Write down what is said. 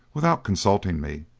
without consulting me,